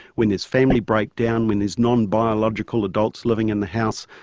when there's family breakdown, when there's non-biological adults living in the house,